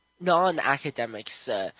non-academics